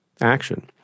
action